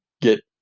get